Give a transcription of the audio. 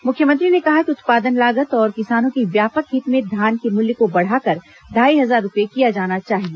मुख्यमंत्री ने कहा कि उत्पादन लागत और किसानों के व्यापक हित में धान के मूल्य को बढ़ाकर ढ़ाई हजार रूपए किया जाना चाहिए